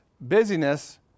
busyness